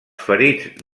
ferits